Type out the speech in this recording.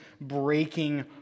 breaking